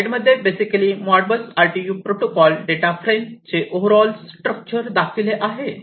वर स्लाईड मध्ये basically Modbus RTU protocol data frame चे ओव्हर ऑल स्ट्रक्चर दाखविले आहे